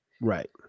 right